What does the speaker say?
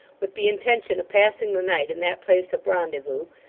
with the intention of passing the night in that place of rendezvous,